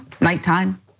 nighttime